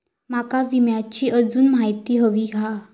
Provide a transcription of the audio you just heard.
माका विम्याची आजून माहिती व्हयी हा?